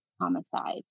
homicide